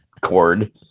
cord